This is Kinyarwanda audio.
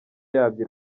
yabyo